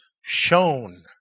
shown